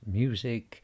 music